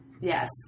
Yes